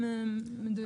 הם מדויקים.